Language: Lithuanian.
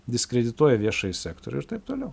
diskredituoja viešąjį sektorių ir taip toliau